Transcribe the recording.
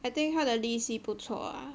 I think 它的利息不错 ah